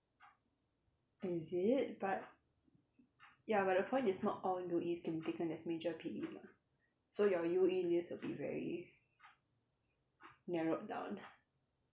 is it but ya but the point is not all U_Es can be taken as major P_E mah so your U_E list will be very narrowed down